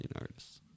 artists